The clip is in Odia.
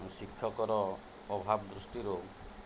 ଶିକ୍ଷକର ଅଭାବ ଦୃଷ୍ଟିରୁ